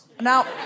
Now